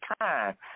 time